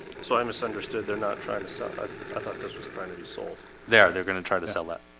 so i misunderstood they're not trying to sell i thought this was trying to be sold there they're gonna try to sell that